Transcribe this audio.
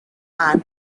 and